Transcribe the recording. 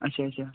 اَچھا اَچھا